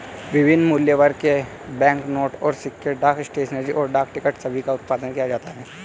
विभिन्न मूल्यवर्ग के बैंकनोट और सिक्के, डाक स्टेशनरी, और डाक टिकट सभी का उत्पादन किया जाता है